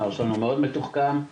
בנושא התמכרות של בני נוער למשככי כאבים.